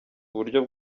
uburyo